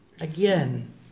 Again